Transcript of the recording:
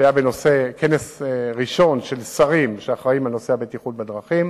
כנס ראשון של שרים שאחראים לנושא הבטיחות בדרכים,